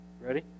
Ready